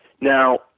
now